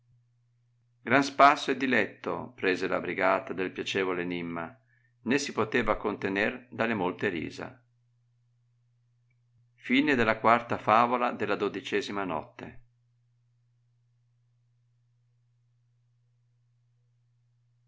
gran spasso e diletto prese la brigata del piacevole enimma né si poteva contener dalle molte risa ma